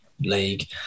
league